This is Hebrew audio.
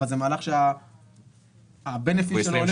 אבל זה מהלך שהבנפיט שלו הולך ועולה עם הזמן.